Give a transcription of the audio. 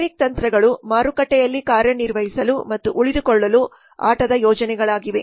generic ತಂತ್ರಗಳು ಮಾರುಕಟ್ಟೆಯಲ್ಲಿ ಕಾರ್ಯನಿರ್ವಹಿಸಲು ಮತ್ತು ಉಳಿದುಕೊಳ್ಳಲು ಆಟದ ಯೋಜನೆಗಳಾಗಿವೆ